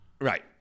Right